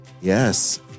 Yes